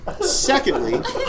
Secondly